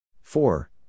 Four